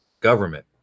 government